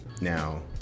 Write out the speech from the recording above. Now